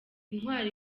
intwari